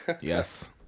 Yes